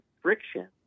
friction